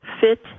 fit